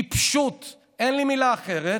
טיפשות, אין לי מילה אחרת,